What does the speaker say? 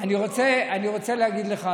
אני רוצה להגיד לך,